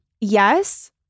yes